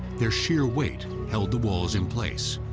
their sheer weight held the walls in place.